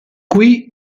qui